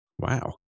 Wow